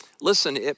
listen